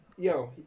Yo